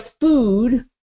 food